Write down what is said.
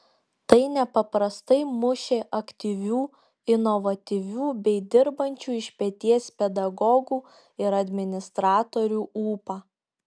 tai nepaprastai mušė aktyvių inovatyvių bei dirbančių iš peties pedagogų ir administratorių ūpą